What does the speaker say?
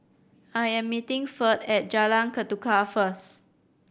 I am meeting Ferd at Jalan Ketuka first